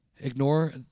Ignore